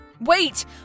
Wait